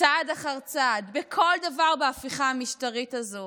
צעד אחד צעד בכל דבר בהפיכה המשטרית הזו.